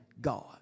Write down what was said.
God